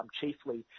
chiefly